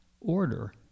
order